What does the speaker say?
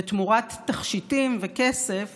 ותמורת תכשיטים וכסף